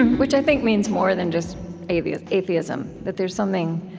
and which i think means more than just atheism atheism that there's something